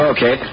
Okay